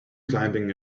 climbing